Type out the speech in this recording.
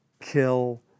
kill